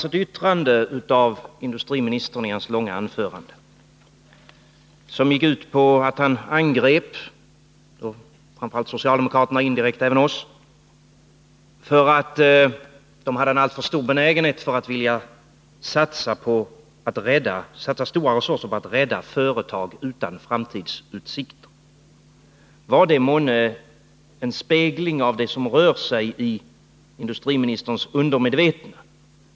Ett yttrande av industriministern i hans långa anförande gick ut på att han angrep framför allt socialdemokraterna — indirekt även oss — för att de hade alltför stor benägenhet att vilja satsa stora resurser på att rädda företag utan framtidsutsikter. Var det månne en spegling av det som rör sig i industriministerns undermedvetna?